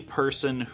person